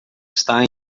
está